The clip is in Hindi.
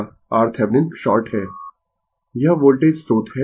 RThevenin शॉर्ट है यह वोल्टेज स्रोत है